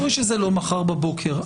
זה ברור שזה לא מחר בבוקר,